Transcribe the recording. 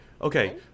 okay